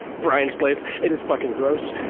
bryan's place. it is fucking gross.